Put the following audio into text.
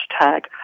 hashtag